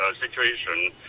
situation